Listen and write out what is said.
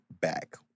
back